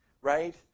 right